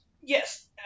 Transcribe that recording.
Yes